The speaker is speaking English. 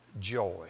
joy